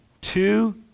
two